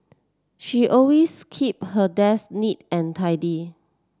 she always keep her desk neat and tidy